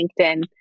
LinkedIn